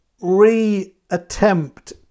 re-attempt